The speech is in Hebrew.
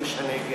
הוא איש הנגב.